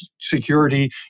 security